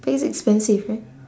but it's expensive right